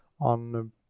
on